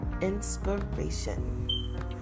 inspiration